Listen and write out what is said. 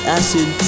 acid